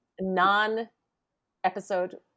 non-episode